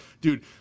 Dude